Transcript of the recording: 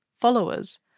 followers